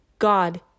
God